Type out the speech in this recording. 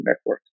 network